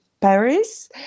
Paris